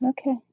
Okay